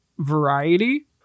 variety